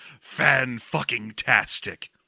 Fan-fucking-tastic